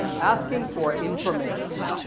asking for information.